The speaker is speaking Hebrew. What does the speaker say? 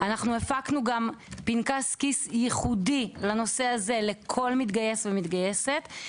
אנחנו הפקנו גם פנקס כיס ייחודי לנושא הזה לכל מתגייס ומתגייסת.